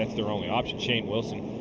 that's their only option. shane wilson